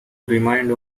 remind